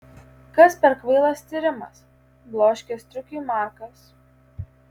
kas per kvailas tyrimas bloškė striukiui markas